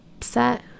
set